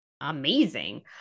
amazing